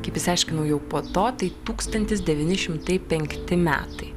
kaip išsiaiškinau jau po to tai tūkstantis devyni šimtai penkti metai